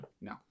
No